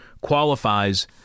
qualifies